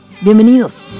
Bienvenidos